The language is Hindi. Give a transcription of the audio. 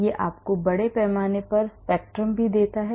यह आपको बड़े पैमाने पर स्पेक्ट्रम भी देता है